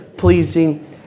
pleasing